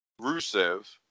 Rusev